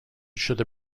should